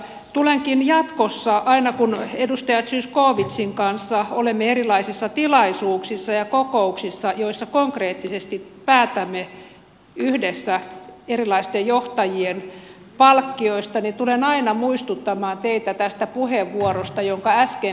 tulenkin jatkossa aina kun edustaja zyskowiczin kanssa olemme erilaisissa tilaisuuksissa ja kokouksissa joissa konkreettisesti päätämme yhdessä erilaisten johtajien palkkioista tulen aina muistuttamaan teitä tästä puheenvuorosta jonka äsken piditte